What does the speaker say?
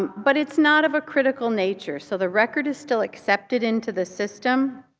but it's not of a critical nature. so the record is still accepted into the system.